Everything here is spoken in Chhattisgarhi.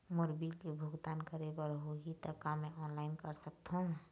मोर बिल के भुगतान करे बर होही ता का मैं ऑनलाइन कर सकथों?